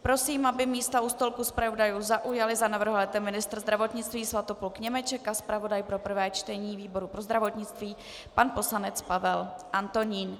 Prosím, aby místa u stolku zpravodajů zaujali za navrhovatele ministr zdravotnictví Svatopluk Němeček a zpravodaj pro prvé čtení výboru pro zdravotnictví pan poslanec Pavel Antonín.